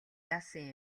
яасан